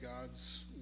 God's